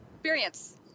experience